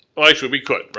well actually, we could.